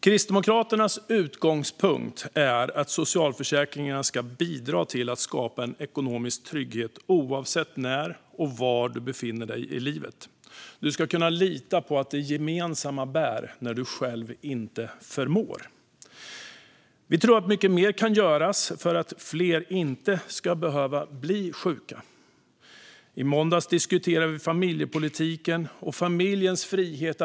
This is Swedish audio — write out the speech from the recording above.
Kristdemokraternas utgångspunkt är att socialförsäkringarna ska bidra till att skapa en ekonomisk trygghet oavsett var du befinner dig i livet. Du ska kunna lita på att det gemensamma bär när du själv inte förmår. Vi tror att mycket mer kan göras för att fler inte ska behöva bli sjuka. I måndags diskuterades familjepolitiken och familjens frihet.